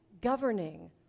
governing